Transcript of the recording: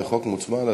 זה חוק מוצמד.